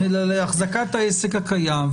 אלא להחזקת העסק הקיים.